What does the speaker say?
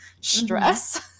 stress